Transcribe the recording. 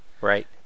right